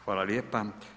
Hvala lijepa.